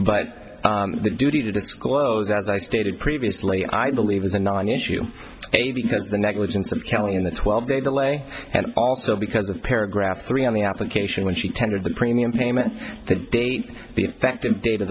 but the duty to disclose as i stated previously i believe is a non issue because the negligence of kelly in the twelve day delay and also because of paragraph three on the application when she tendered the premium payment the date the effective da